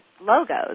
logos